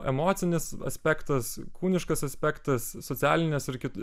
emocinis aspektas kūniškas aspektas socialinės ir kitos